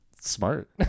smart